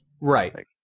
Right